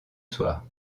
soir